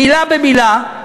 מילה במילה,